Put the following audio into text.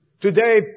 Today